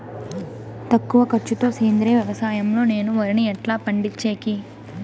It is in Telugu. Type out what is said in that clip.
తక్కువ ఖర్చు తో సేంద్రియ వ్యవసాయం లో నేను వరిని ఎట్లా పండించేకి?